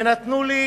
ונתנו לי,